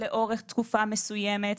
לאורך תקופה קיימת,